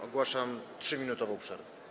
Ogłaszam 3-minutową przerwę.